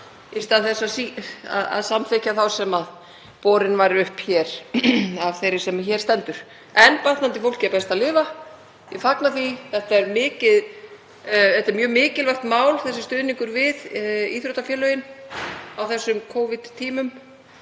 í stað þess að samþykkja þá sem borin var upp af þeirri sem hér stendur. En batnandi fólki er best að lifa og ég fagna því. Þetta er mjög mikilvægt mál, stuðningur við íþróttafélögin á þessum Covid-tímum